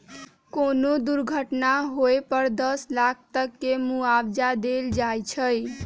कोनो दुर्घटना होए पर दस लाख तक के मुआवजा देल जाई छई